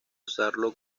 usarlo